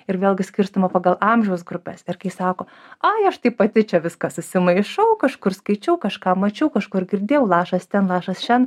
ir vėlgi skirstoma pagal amžiaus grupes ir kai sako ai aš tai pati čia viską susimaišau kažkur skaičiau kažką mačiau kažkur girdėjau lašas ten lašas šen